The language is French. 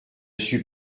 suis